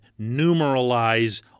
numeralize